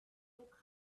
look